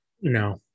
No